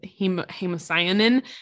hemocyanin